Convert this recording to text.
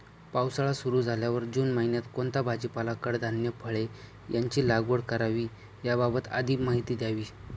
पावसाळा सुरु झाल्यावर जून महिन्यात कोणता भाजीपाला, कडधान्य, फळे यांची लागवड करावी याबाबत अधिक माहिती द्यावी?